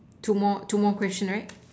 two more two more question right